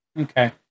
Okay